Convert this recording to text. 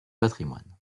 patrimoine